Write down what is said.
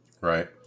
Right